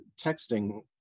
texting